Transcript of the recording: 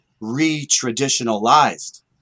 re-traditionalized